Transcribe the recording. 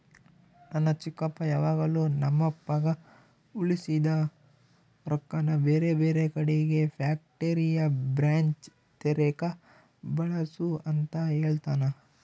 ನನ್ನ ಚಿಕ್ಕಪ್ಪ ಯಾವಾಗಲು ನಮ್ಮಪ್ಪಗ ಉಳಿಸಿದ ರೊಕ್ಕನ ಬೇರೆಬೇರೆ ಕಡಿಗೆ ಫ್ಯಾಕ್ಟರಿಯ ಬ್ರಾಂಚ್ ತೆರೆಕ ಬಳಸು ಅಂತ ಹೇಳ್ತಾನಾ